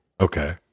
Okay